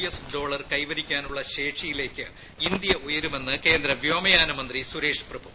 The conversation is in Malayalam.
എസ് ഡോളർ കൈവരിക്കാനുള്ള ശേഷിയിലേയ്ക്ക് ഇന്ത്യ ഉയരുമെന്ന് കേന്ദ്ര വ്യോമയാനമന്ത്രി സുരേഷ് പ്രഭു